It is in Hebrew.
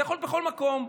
זה יכול בכל מקום: